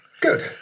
good